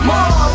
More